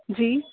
जी